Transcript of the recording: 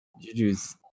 juju's